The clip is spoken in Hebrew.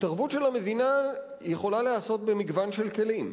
התערבות של המדינה יכולה להיעשות במגוון של כלים.